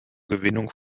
gewinnung